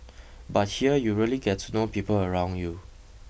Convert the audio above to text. but here you really get to know people around you